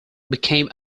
became